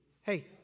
Hey